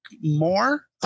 more